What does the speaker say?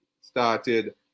started